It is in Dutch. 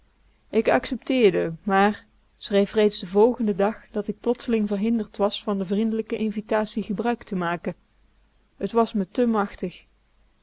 ik accepteerde maar schreef reeds den volgenden dag dat ik plotseling verhinderd was van de vriendelijke invitatie gebruik te maken t was me tè machtig